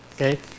okay